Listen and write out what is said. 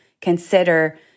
consider